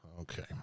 okay